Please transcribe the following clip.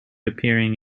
appearing